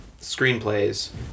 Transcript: screenplays